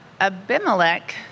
Abimelech